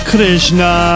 Krishna